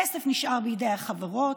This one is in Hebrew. הכסף נשאר בידי החברות,